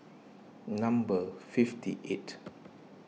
number fifty eight